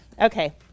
Okay